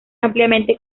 ampliamente